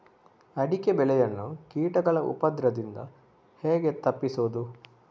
ಅಡಿಕೆ ಬೆಳೆಯನ್ನು ಕೀಟಗಳ ಉಪದ್ರದಿಂದ ಹೇಗೆ ತಪ್ಪಿಸೋದು?